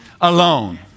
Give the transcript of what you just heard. alone